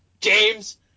James